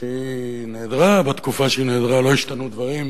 שהיא נעדרה, בתקופה שהיא נעדרה, לא השתנו דברים,